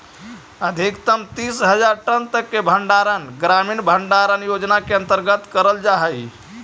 अधिकतम तीस हज़ार टन तक के भंडारण ग्रामीण भंडारण योजना के अंतर्गत करल जा हई